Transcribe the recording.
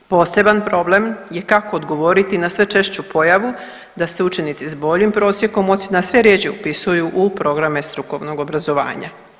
Poseban problem je kako odgovoriti na sve češću pojavu da se učenici s boljim prosjekom ocjena sve rjeđe upisuju u programe strukovnog obrazovanja.